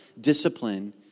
discipline